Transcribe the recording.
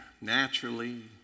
naturally